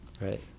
Right